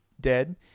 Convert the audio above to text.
dead